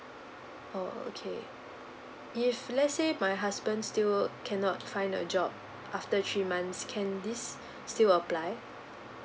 oh okay if let's say my husband still cannot find a job after three months can this still apply